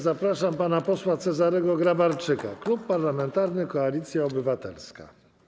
Zapraszam pana posła Cezarego Grabarczyka, Klub Parlamentarny Koalicja Obywatelska.